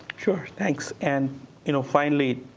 sure. thanks. and you know finally,